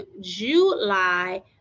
July